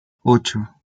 ocho